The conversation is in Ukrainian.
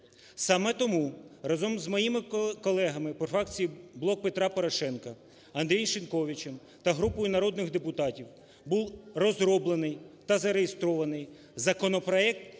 Саме тому разом з моїми колегами по фракції "Блок Петра Порошенка" Андрієм Шиньковичем та групою народних депутатів був розроблений та зареєстрований законопроект